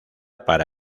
para